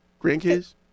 Grandkids